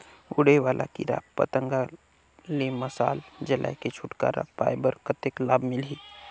उड़े वाला कीरा पतंगा ले मशाल जलाय के छुटकारा पाय बर कतेक लाभ मिलही?